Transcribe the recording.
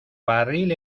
barril